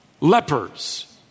Lepers